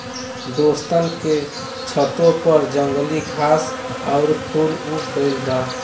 दोस्तन के छतों पर जंगली घास आउर फूल उग गइल बा